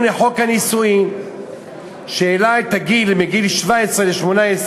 לחוק הנישואין שהעלה את הגיל מ-17 ל-18,